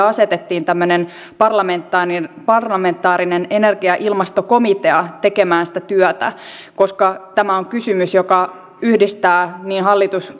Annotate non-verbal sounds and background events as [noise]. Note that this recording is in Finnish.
[unintelligible] asetettiin tämmöinen parlamentaarinen parlamentaarinen energia ja ilmastokomitea tekemään sitä työtä koska tämä on kysymys joka yhdistää niin hallitus [unintelligible]